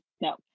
no